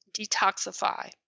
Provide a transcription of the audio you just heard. detoxify